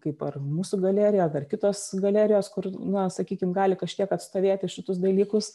kaip ar mūsų galerija ar dar kitos galerijos kur na sakykim gali kažkiek atstovėti šitus dalykus